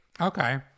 Okay